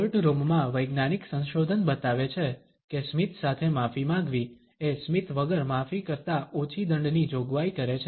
courtroom માં વૈજ્ઞાનિક સંશોધન બતાવે છે કે સ્મિત સાથે માફી માંગવી એ સ્મિત વગર માફી કરતા ઓછી દંડની જોગવાઈ કરે છે